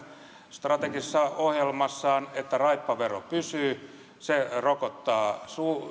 strategisessa ohjelmassaan että raippavero pysyy se rokottaa